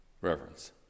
reverence